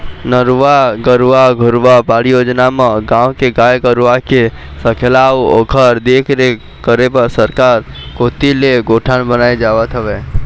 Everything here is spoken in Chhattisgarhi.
नरूवा, गरूवा, घुरूवा, बाड़ी योजना म गाँव के गाय गरूवा के सकेला अउ ओखर देखरेख करे बर सरकार कोती ले गौठान बनाए जावत हवय